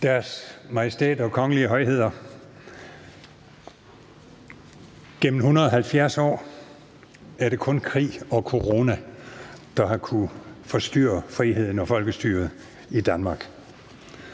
Deres Majestæt og Kongelige Højheder. Gennem 170 år er det kun krig og corona, der har kunnet forstyrre friheden og folkestyret i Danmark.